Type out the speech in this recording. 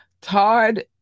Todd